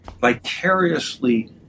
vicariously